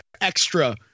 extra